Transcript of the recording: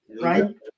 Right